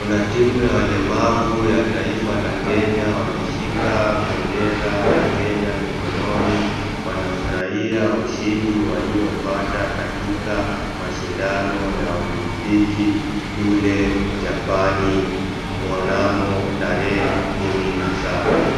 Kuna timu ya walemavu ya taifa la Kenya wameshika bendera ya Kenya mikononi wanafurahia ushindi waliopata katika mashindano ya olimpiki kule Japani mnamo tarehe kumi na saba.